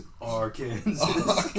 Arkansas